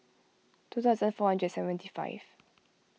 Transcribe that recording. two thousand four hundred and seventy five